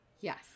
Yes